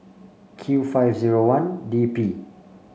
q five zero one DP